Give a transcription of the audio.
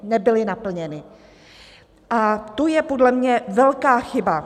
Nebyly naplněny a to je podle mě velká chyba.